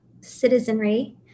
citizenry